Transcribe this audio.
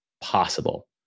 possible